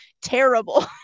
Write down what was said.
Terrible